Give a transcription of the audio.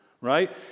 right